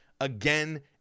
again